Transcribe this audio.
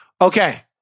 Okay